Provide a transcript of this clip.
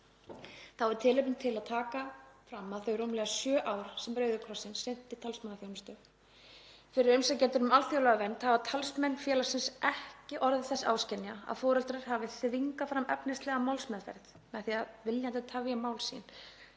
Þá er tilefni til að taka fram að þau rúmlega sjö ár sem Rauði krossinn sinnti talsmannaþjónustu fyrir umsækjendur um alþjóðlega vernd hafa talsmenn félagsins ekki orðið þess áskynja að foreldrar hafi „þvingað fram efnislega málsmeðferð“ með því að viljandi tefja mál sín,